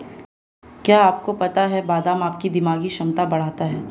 क्या आपको पता है बादाम आपकी दिमागी क्षमता बढ़ाता है?